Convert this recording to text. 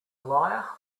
liar